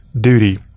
duty